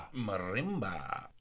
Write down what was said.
marimba